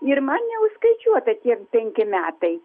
ir man neužskaičiuota tie penki metai